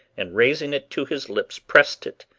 and raising it to his lips, pressed it,